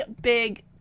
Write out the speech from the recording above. big